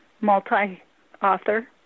multi-author